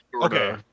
Okay